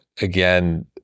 again